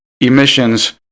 emissions